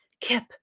Kip